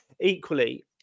Equally